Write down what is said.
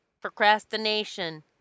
procrastination